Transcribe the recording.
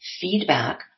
feedback